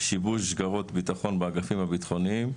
שיבוש שגרות ביטחון באגפים הביטחוניים,